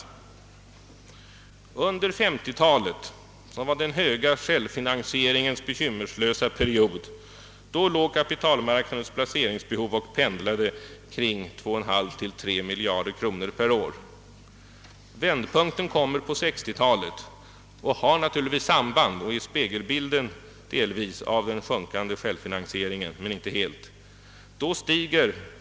Under 5350-talet, som var den höga självfinansieringens bekymmerslösa period, pendlade kapitalmarknadens planeringsbehov kring 2,5 å 3 miljarder per år. Vändpunkten kom på 60-talet och har naturligtvis samband med — och är delvis spegelbilden av — den sjunkande självfinansieringen.